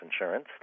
insurance